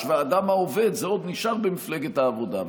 ולאדם העובד זה עוד נשאר במפלגת העבודה,